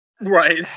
Right